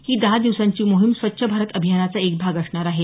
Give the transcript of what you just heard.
ही दहा दिवसांची मोहीम स्वच्छ भारत अभियानाचा एक भाग असणार आहे